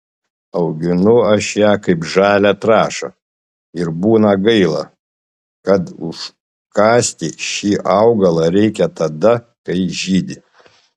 auginu aš ją kaip žalią trąšą ir būna gaila kad užkasti šį augalą reikia tada kai žydi